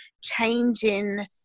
changing